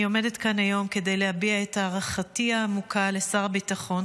אני עומדת כאן היום כדי להביע את הערכתי העמוקה לשר הביטחון,